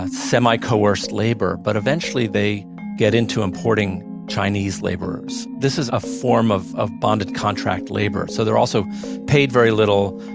semi-coerced labor, but eventually, they get into importing chinese laborers. this is a form of of bonded contract labor, so they're also paid very little.